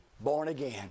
born-again